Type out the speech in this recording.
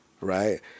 right